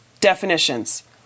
Definitions